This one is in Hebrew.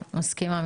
אני מסכימה.